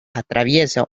atraviesa